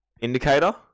indicator